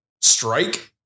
strike